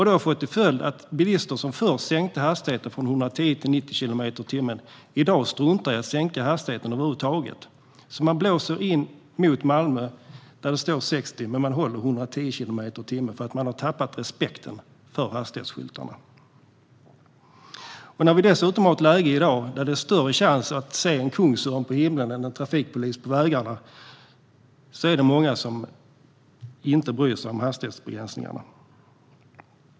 Det har fått till följd att bilister som förr sänkte hastigheten från 110 till 90 kilometer i timmen i dag struntar i att sänka hastigheten över huvud taget. Man blåser in mot Malmö i 110 kilometer i timmen där det står 60, för man har tappat respekten för hastighetsskyltarna. Då vi dessutom i dag har ett läge där det är större chans att se en kungsörn på himlen än en trafikpolis på vägen är det många som inte bryr sig om hastighetsbegränsningarna.